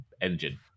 engine